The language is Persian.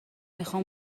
میخام